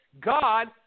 God